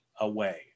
away